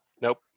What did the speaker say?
Nope